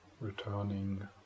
returning